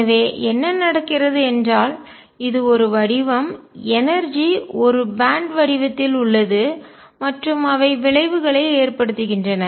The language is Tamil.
எனவே என்ன நடக்கிறது என்றால் இது ஒரு வடிவம் எனர்ஜி ஆற்றல் ஒரு பேன்ட் பட்டை வடிவத்தில் உள்ளது மற்றும் அவை விளைவுகளை ஏற்படுத்துகின்றன